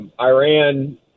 Iran